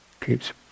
keeps